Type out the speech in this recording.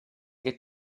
che